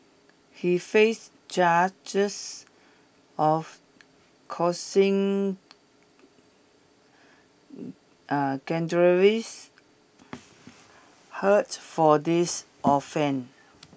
he faced charges of causing dangerous hurt for these offend